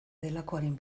delakoaren